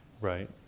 right